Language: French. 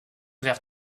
vers